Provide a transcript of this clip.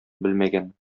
белмәгән